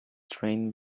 train